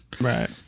Right